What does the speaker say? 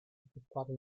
effettuate